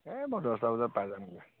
এই মই দছটা বজাত পাই যামগৈ